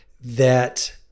that-